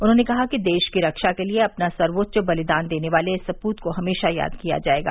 उन्हॉने कहा कि देश की रक्षा के लिये अपना सर्वोच्च बलिदान देने वाले इस सपृत को हमेशा याद किया जायेगा